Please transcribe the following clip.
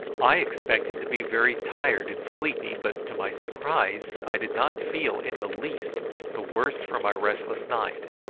i expected to be very tired and sleepy, but to my surprise i did not feel in the least the worse for my restless night,